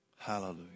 hallelujah